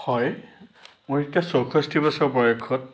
হয় মোৰ এতিয়া চৌষষ্ঠি বছৰ বয়সত